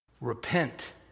Repent